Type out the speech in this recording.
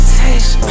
taste